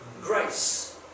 Grace